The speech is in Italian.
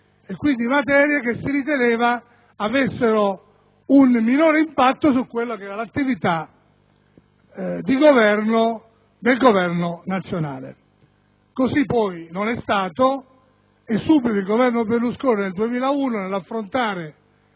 quindi, materie che si riteneva avessero un minore impatto sull'attività del Governo nazionale. Così poi non è stato e pertanto il Governo Berlusconi nel 2001, nell'affrontare